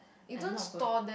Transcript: I'm not ~